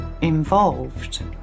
involved